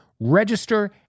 register